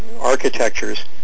architectures